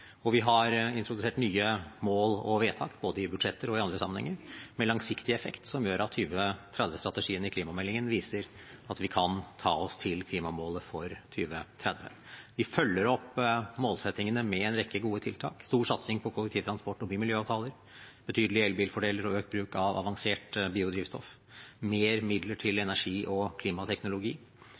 Og vi har introdusert nye mål og vedtak i både budsjetter og andre sammenhenger med langsiktig effekt som gjør at 2030-strategien i klimameldingen viser at vi kan ta oss til klimamålet for 2030. Vi følger opp målsettingene med en rekke gode tiltak: stor satsing på kollektivtransport og bymiljøavtaler, betydelige elbilfordeler og økt bruk av avansert biodrivstoff, mer midler til energi- og klimateknologi,